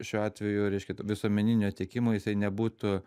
šiuo atveju reiškia visuomeninio tiekimo jisai nebūtų